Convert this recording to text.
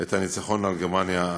את הניצחון על גרמניה הנאצית.